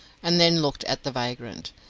and then looked at the vagrant.